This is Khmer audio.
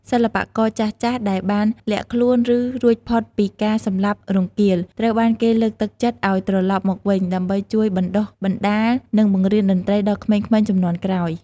សិល្បករចាស់ៗដែលបានលាក់ខ្លួន ឬរួចផុតពីការសម្លាប់រង្គាល ត្រូវបានគេលើកទឹកចិត្តឱ្យត្រលប់មកវិញ ដើម្បីជួយបណ្តុះបណ្តាល និងបង្រៀនតន្ត្រីដល់ក្មេងៗជំនាន់ក្រោយ។